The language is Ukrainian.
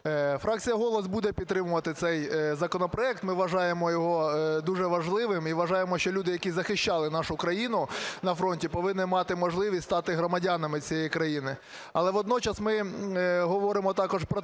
Фракція "Голос" буде підтримувати цей законопроект. Ми вважаємо його дуже важливим і вважаємо, що люди, які захищали нашу країну на фронті, повинні мати можливість стати громадянами цієї країни. Але водночас ми говоримо також про те,